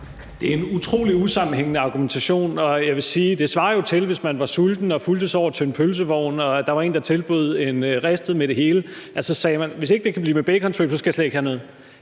Det er en utrolig usammenhængende argumentation. Jeg vil sige, at det svarer jo til, at man var sulten og man fulgtes over til en pølsevogn, og der var en, der tilbød en ristet med et hele, og man så sagde: Hvis ikke det kan blive med baconsvøb, skal jeg slet ikke have noget.